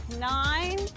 Nine